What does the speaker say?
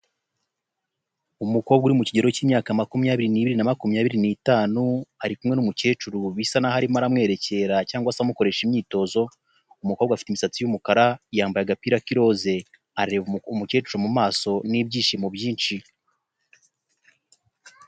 Umukobwa uri mu kigero cy'imyaka makumyabiri n'ibiri na makumyabiri n'itanu, ari kumwe n'umukecuru bisa n'aho arimo aramwerekera cyangwa se amukoresha imyitozo, umukobwa afite imisatsi y'umukara yambaye agapira k'iroze, areba umukecuru mu maso n'ibyishimo byinshi.